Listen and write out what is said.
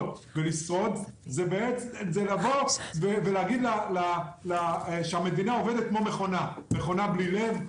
ולשרוד זה לבוא ולהגיד שהמדינה עובדת כמו מכונה מכונה בלי לב,